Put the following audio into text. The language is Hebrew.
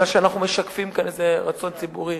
אלא שאנחנו משקפים כאן איזה רצון ציבורי.